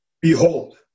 Behold